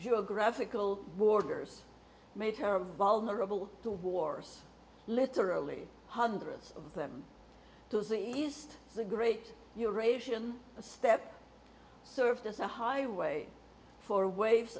geographical borders made her vulnerable to wars literally hundreds of them to the east the great your asian step served as a highway for waves